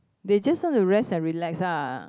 they just want to rest and relax ah